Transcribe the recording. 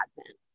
Advent